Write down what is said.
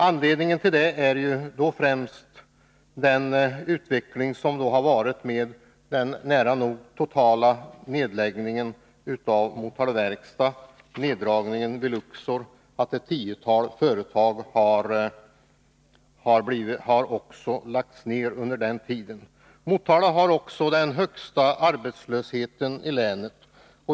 Anledningen till detta är främst en nära nog total nedläggning av Motala Verkstad och neddragningen vid Luxor. Ett tiotal mindre företag har dessutom lagts ner under denna tid. Motala har också den högsta arbetslösheten i länet.